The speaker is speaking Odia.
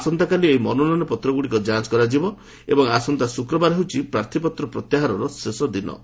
ଆସନ୍ତାକାଲି ଏହି ମନୋନୟପତ୍ର ଗୁଡ଼ିକ ଯାଞ୍ କରାଯିବ ଏବଂ ଆସନ୍ତା ଶୁକ୍ରବାର ହେଉଛି ପ୍ରାର୍ଥୀପତ୍ର ପ୍ରତ୍ୟାହାରର ଶେଷ ଦିବସ